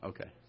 Okay